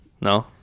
no